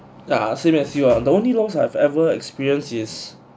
ya same as you are the only loss I've ever experience is